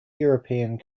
european